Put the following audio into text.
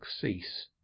cease